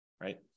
right